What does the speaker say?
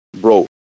Bro